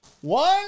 One